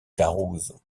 caruso